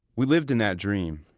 we lived in that dream,